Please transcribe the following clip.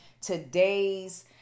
today's